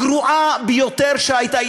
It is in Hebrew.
הגרועה ביותר שהייתה.